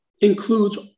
includes